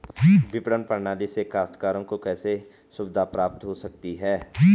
विपणन प्रणाली से काश्तकारों को कैसे सुविधा प्राप्त हो सकती है?